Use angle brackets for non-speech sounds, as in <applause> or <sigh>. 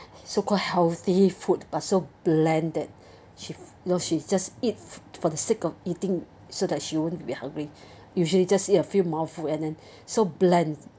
so called healthy food but so blanded <breath> she she knows she just eats for the sake of eating so that she wouldn't be hungry <breath> usually just eat a few mouthful and then <breath> so bland